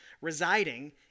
residing